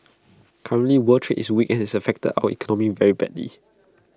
currently world trade is weak and has affected our economy very badly